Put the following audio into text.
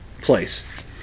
place